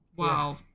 Wow